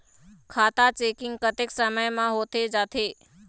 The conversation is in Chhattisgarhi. खाता चेकिंग कतेक समय म होथे जाथे?